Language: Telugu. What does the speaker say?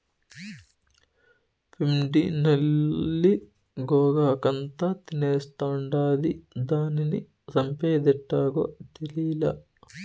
పిండి నల్లి గోగాకంతా తినేస్తాండాది, దానిని సంపేదెట్టాగో తేలీలా